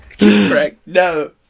no